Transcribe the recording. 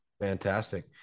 Fantastic